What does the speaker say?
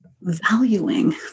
valuing